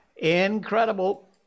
incredible